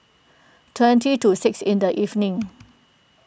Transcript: twenty to six in the evening